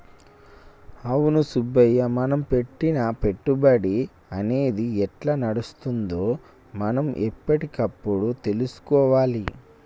అవును సుబ్బయ్య మనం పెట్టిన పెట్టుబడి అనేది ఎట్లా నడుస్తుందో మనం ఎప్పటికప్పుడు తెలుసుకోవాలి